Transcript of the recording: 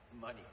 Money